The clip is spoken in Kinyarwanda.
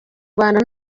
rwanda